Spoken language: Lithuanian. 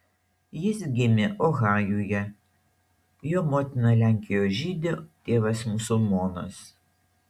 jis gimė ohajuje jo motina lenkijos žydė tėvas musulmonas